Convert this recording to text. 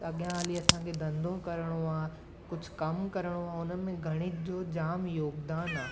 अॻियां हली असांखे धंधो करिणो आहे कुझु कमु करिणो उन में गणित जो जामु योगुदानु आहे